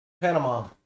Panama